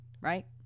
right